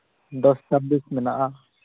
ᱫᱚᱥ ᱪᱷᱟᱵᱵᱤᱥ ᱢᱮᱱᱟᱜᱼᱟ